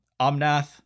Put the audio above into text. omnath